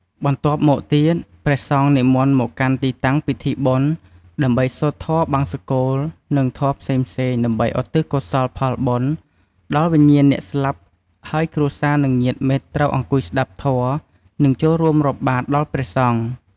បន្ទាប់់មកទៀត ព្រះសង្ឃនិមន្តមកកាន់ទីតាំងពិធីបុណ្យ ដើម្បីសូត្រធម៌បង្សុកូល និងធម៌ផ្សេងៗដើម្បីឧទ្ទិសកុសលផលបុណ្យដល់វិញ្ញាណអ្នកស្លាប់ហើយគ្រួសារ និងញាតិមិត្តត្រូវអង្គុយស្តាប់ធម៌ និងចូលរួមរាប់បាត្រដល់ព្រះសង្ឃ។